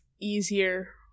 easier